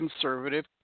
conservative